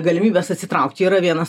galimybės atsitraukti yra vienas